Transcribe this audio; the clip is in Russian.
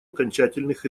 окончательных